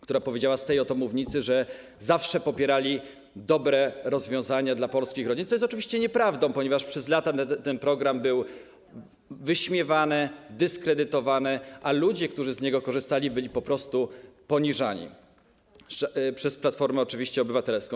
która powiedziała z tej oto mównicy, że Platforma zawsze popierała dobre rozwiązania dla polskich rodzin, co jest oczywiście nieprawdą, ponieważ przez lata ten program był wyśmiewany, dyskredytowany, a ludzie, którzy z niego korzystali, byli po prostu poniżani oczywiście przez Platformę Obywatelską.